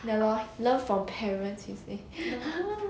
ya lor learn from parents he say